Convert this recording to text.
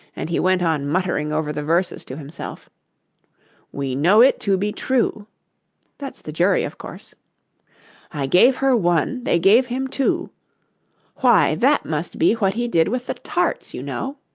and he went on muttering over the verses to himself we know it to be true that's the jury, of course i gave her one, they gave him two why, that must be what he did with the tarts, you know